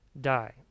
die